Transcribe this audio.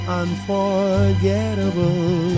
unforgettable